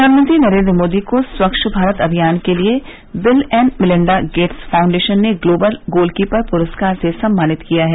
प्रधानमंत्री नरेन्द्र मोदी को स्वच्छ भारत अभियान के लिए Bill and Melinda Gates Foundation ने ग्लोबल गोलकीपर पुरस्कार से सम्मानित किया है